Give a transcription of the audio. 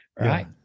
Right